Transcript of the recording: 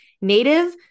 native